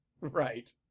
Right